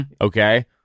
Okay